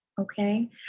Okay